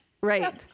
Right